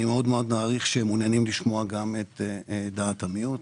אני מאוד מאוד מעריך שמעוניינים לשמוע גם את דעת המיעוט.